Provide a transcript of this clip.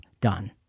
done